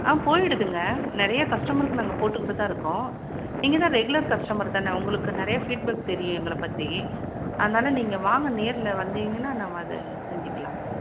ஆ போய் விடுதுங்க நிறைய கஸ்டமர்க்கு நாங்கள் போட்டுக்கிட்டு தான் இருக்கோம் நீங்கள் தான் ரெகுலர் கஸ்டமர் தானே உங்களுக்கு நிறையா ஃபீட்பேக் தெரியும் எங்களை பற்றி அதனால் நீங்கள் வாங்க நேரில் வந்திங்கன்னா நம்ம அது செஞ்சிக்கலாம்ங்க